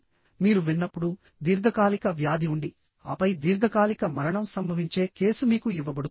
కాబట్టి మీరు విన్నప్పుడు దీర్ఘకాలిక వ్యాధి ఉండి ఆపై దీర్ఘకాలిక మరణం సంభవించే కేసు మీకు ఇవ్వబడుతుంది